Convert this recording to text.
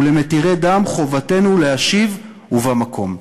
ולמתירי דם חובתנו להשיב ובמקום.